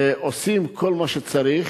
ועושים כל מה שצריך